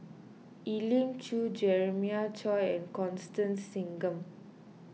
Elim Chew Jeremiah Choy and Constance Singam